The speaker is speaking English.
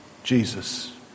Jesus